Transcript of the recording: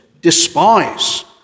despise